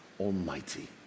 almighty